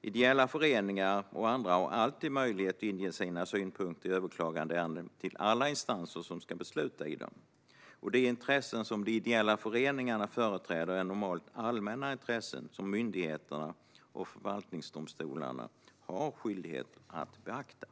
Ideella föreningar och andra har alltid möjlighet att inge sina synpunkter i överklagandeärenden till alla instanser som ska besluta i dem. De intressen som de ideella föreningarna företräder är normalt allmänna intressen som myndigheterna och förvaltningsdomstolarna har skyldighet att beakta.